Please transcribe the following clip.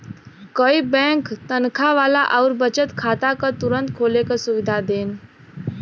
कई बैंक तनखा वाला आउर बचत खाता क तुरंत खोले क सुविधा देन